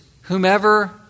whomever